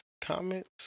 comments